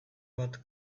bat